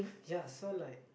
ya so like